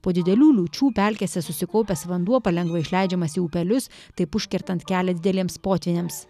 po didelių liūčių pelkėse susikaupęs vanduo palengva išleidžiamas į upelius taip užkertant kelią dideliems potvyniams